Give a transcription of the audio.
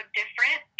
different